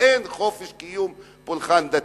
אין חופש קיום פולחן דתי.